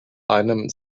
einem